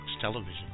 television